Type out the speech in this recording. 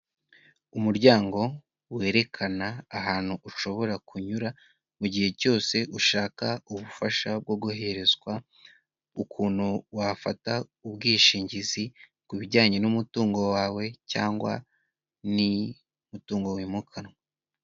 Umuryango werekana ahantu ushobora kunyura mu gihe cyose ushaka ubufasha bwo guherezwa ukuntu wafata ubwishingizi ku bijyanye n'umutungo wawe cyangwa n' umutungo wimukanwa.